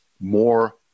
more